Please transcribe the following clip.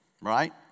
right